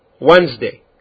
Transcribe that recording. Wednesday